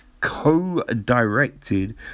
co-directed